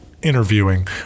Interviewing